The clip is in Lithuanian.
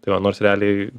tai va nors realiai